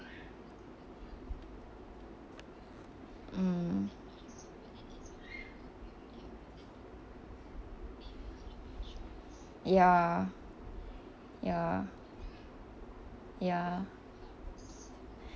mm ya ya ya